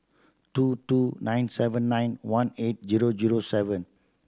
two two nine seven nine one eight zero zero seven